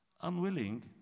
unwilling